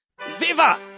Viva